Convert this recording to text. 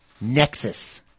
Nexus